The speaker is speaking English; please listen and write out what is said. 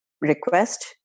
request